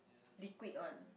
liquid one